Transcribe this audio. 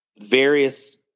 various